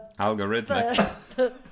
algorithmic